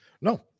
No